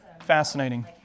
Fascinating